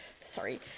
Sorry